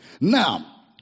Now